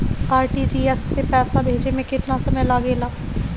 RTGS से पैसा भेजे में केतना समय लगे ला?